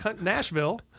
Nashville